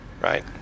Right